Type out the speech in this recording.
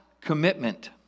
commitment